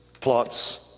plots